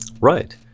Right